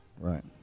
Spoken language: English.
Right